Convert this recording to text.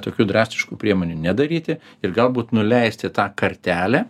tokių drastiškų priemonių nedaryti ir galbūt nuleisti tą kartelę